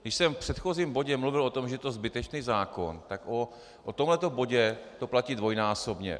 Když jsem v předchozím bodě mluvil o tom, že je to zbytečný zákon, tak o tomhle tom bodě to platí dvojnásobně.